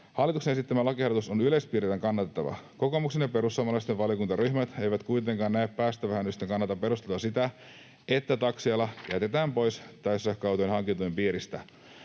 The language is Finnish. ”Hallituksen esittämä lakiehdotus on yleispiirteiltään kannatettava. Kokoomuksen ja perussuomalaisten valiokuntaryhmät eivät kuitenkaan näe päästövähennysten kannalta perusteltuna sitä, että taksiala jätetään pois täyssähköautojen hankintatuen piiristä.